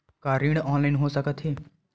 का ऋण ऑनलाइन हो सकत हे?